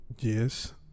yes